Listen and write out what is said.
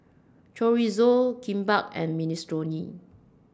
Chorizo Kimbap and Minestrone